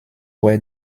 were